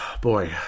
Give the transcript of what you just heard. Boy